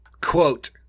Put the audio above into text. Quote